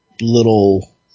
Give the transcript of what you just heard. little